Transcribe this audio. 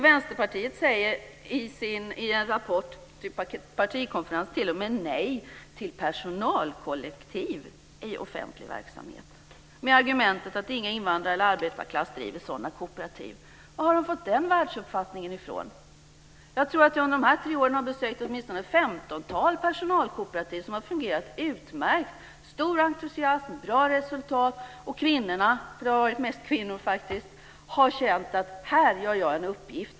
Vänsterpartiet säger i en rapport till partikongressen t.o.m. nej till personalkollektiv i offentlig verksamhet med argumentet att inga invandrare eller arbetarklassen driver sådana kooperativ. Var har de fått den världsuppfattningen ifrån? Jag tror att jag under de senaste tre åren har besökt åtminstone ett 15-tal personalkooperativ som har fungerat utmärkt. De har visat stor entusiasm och bra resultat. Och kvinnorna, för det har faktiskt varit mest kvinnor, har känt: Här utför jag en uppgift.